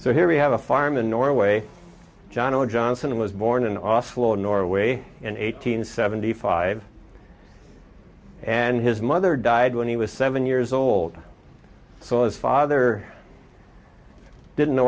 so here we have a farm in norway johnno johnson was born in awful norway and eight hundred seventy five and his mother died when he was seven years old so his father didn't know